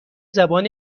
زبان